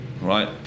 right